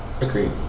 Agreed